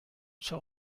zwar